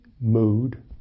mood